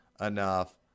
enough